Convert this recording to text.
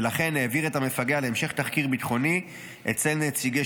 ולכן העביר את המפגע להמשך תחקיר ביטחוני אצל נציגי